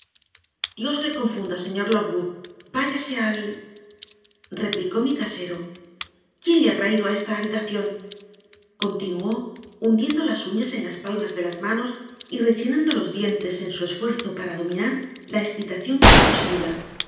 dios le confunda señor lockwood váyase al replicó mi casero quién le ha traído a esta habitación continuó hundiendo las uñas en las palmas de las manos y rechinando los dientes en su esfuerzo para dominar la excitación que le poseía